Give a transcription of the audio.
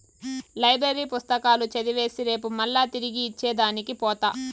library పుస్తకాలు చదివేసి రేపు మల్లా తిరిగి ఇచ్చే దానికి పోత